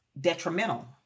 detrimental